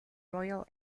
royal